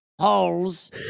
holes